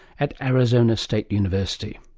at arizona state university.